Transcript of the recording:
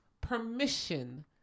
permission